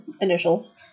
initials